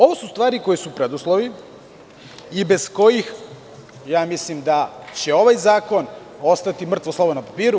Ovo su stvari koji su preduslovi i bez kojih mislim da će ovaj zakon ostati mrtvo slovo na papiru.